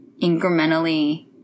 incrementally